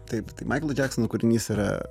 taip tai maiklo džeksono kūrinys yra